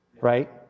right